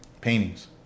paintings